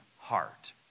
heart